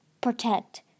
protect